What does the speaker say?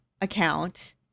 account